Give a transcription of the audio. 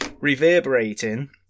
reverberating